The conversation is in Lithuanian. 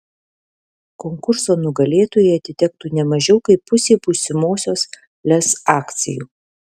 konkurso nugalėtojui atitektų ne mažiau kaip pusė būsimosios lez akcijų